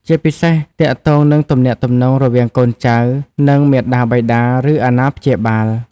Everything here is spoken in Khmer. ជាពិសេសទាក់ទងនឹងទំនាក់ទំនងរវាងកូនចៅ និងមាតាបិតា ឬអាណាព្យាបាល។